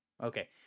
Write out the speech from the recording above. Okay